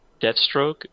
deathstroke